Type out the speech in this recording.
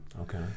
Okay